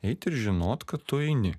eit ir žinot kad tu eini